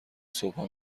صبحها